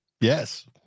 Yes